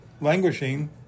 languishing